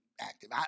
active